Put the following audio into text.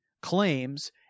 claims